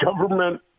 Government